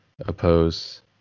oppose